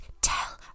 tell